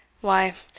why,